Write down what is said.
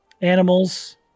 animals